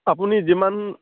আপুনি যিমান